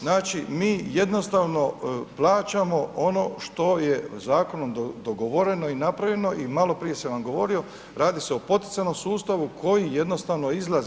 Znači mi jednostavno plaćamo ono što je zakonom dogovoreno i napravljeno i maloprije sam vam govorio radi se o poticajnom sustavu koji jednostavno izlazi.